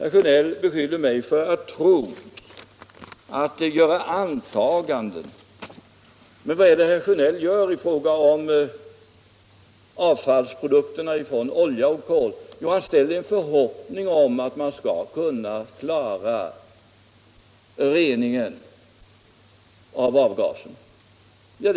Herr Sjönell beskyller mig för att tro, för att göra antaganden. Men vad är det herr Sjönell gör i fråga om avfallsprodukterna från olja och kol? Jo, han hyser en förhoppning om att man skall kunna klara reningen av avgaserna!